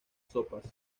sopas